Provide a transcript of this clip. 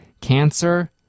cancer